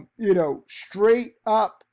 you know, straight up,